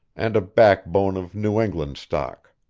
and a backbone of new england stock.